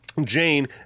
jane